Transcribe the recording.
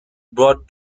brought